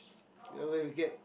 you are what you get